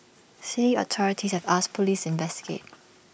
city authorities have asked Police investigate